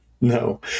no